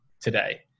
today